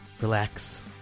relax